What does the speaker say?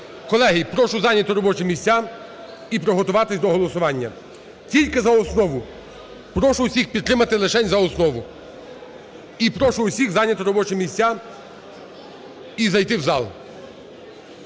Колеги, прошу зайняти робочі місця і приготуватися до голосування тільки за основу. Прошу всіх підтримати лишень за основу. І прошу усіх зайняти робочі місця і зайти в зал.